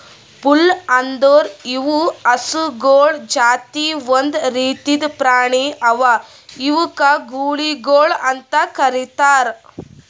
bull ಅಂದುರ್ ಇವು ಹಸುಗೊಳ್ ಜಾತಿ ಒಂದ್ ರೀತಿದ್ ಪ್ರಾಣಿ ಅವಾ ಇವುಕ್ ಗೂಳಿಗೊಳ್ ಅಂತ್ ಕರಿತಾರ್